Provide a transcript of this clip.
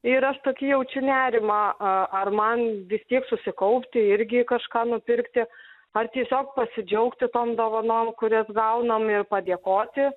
ir aš tokį jaučiu nerimą a ar man vis tiek susikaupti irgi kažką nupirkti ar tiesiog pasidžiaugti tom dovanom kurias gaunam ir padėkoti